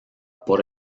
por